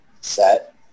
set